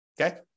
okay